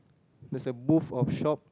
there's a booth of shop